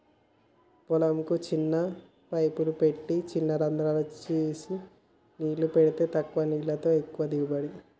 పొలం కు చిన్న పైపులు పెట్టి చిన రంద్రాలు చేసి నీళ్లు పెడితే తక్కువ నీళ్లతో ఎక్కువ దిగుబడి